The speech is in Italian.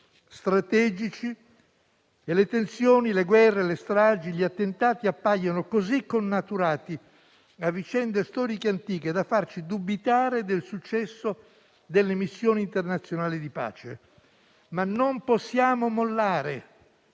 strategici e le tensioni, le guerre, le stragi e gli attentati appaiono così connaturati a vicende storiche antiche da farci dubitare del successo delle missioni internazionali di pace. Ma non possiamo mollare